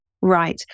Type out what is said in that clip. right